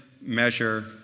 measure